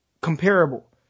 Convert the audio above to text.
comparable